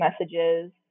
messages